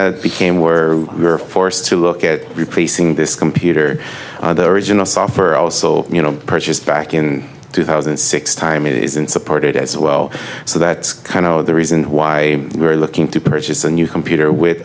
of became were we are forced to look at replacing this computer rather original software also you know purchased back in two thousand and six time isn't supported as well so that kind of the reason why we are looking to purchase a new computer with